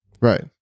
Right